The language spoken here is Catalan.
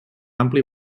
ampli